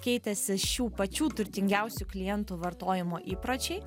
keitėsi šių pačių turtingiausių klientų vartojimo įpročiai